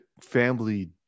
family